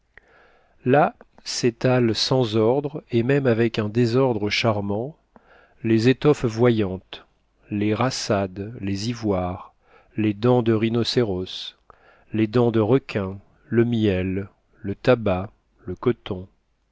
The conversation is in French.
là sétalent sans ordre et même avec un désordre charmant les étoffes voyantes les rassades les ivoires les dents de rhinocéros les dents de requins le miel le tabac le coton